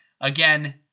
again